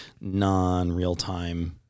non-real-time